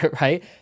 right